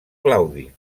claudi